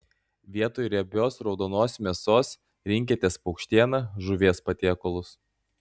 vietoj riebios raudonos mėsos rinkitės paukštieną žuvies patiekalus